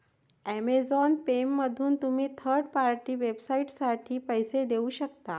Amazon पेमधून तुम्ही third party वेबसाइटसाठी पैसे देऊ शकता